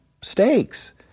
stakes